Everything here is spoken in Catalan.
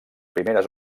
primeres